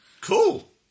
Cool